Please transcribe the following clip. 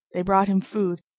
they brought him food.